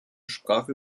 sprache